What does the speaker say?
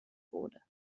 wurde